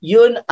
Yun